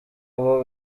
abo